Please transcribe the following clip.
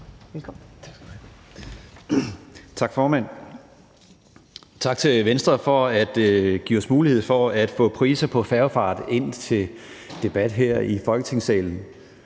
Tak, formand, og tak til Venstre for at give os mulighed for at få priser på færgefart ind til debat her i Folketingssalen.